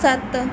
ਸੱਤ